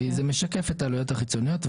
כי זה משקף את העלויות החיצוניות.